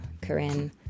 Corinne